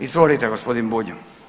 Izvolite gospodin Bulj.